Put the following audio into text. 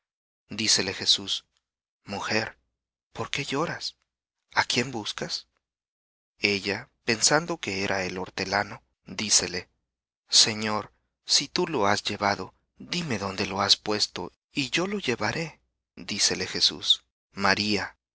dícele jesús mujer por qué lloras á quién buscas ella pensando que era el hortelano dícele señor si tú lo has llevado dime dónde lo has puesto y yo lo llevaré dícele jesús maría